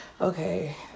Okay